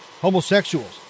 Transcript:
homosexuals